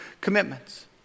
commitments